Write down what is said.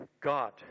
God